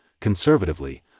conservatively